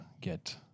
get